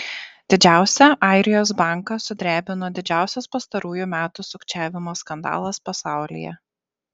didžiausią airijos banką sudrebino didžiausias pastarųjų metų sukčiavimo skandalas pasaulyje